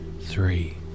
three